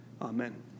Amen